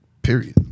period